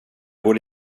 borde